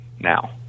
now